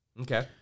Okay